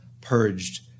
purged